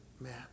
man